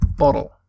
Bottle